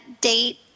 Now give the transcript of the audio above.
date